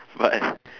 what